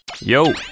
Yo